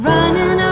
Running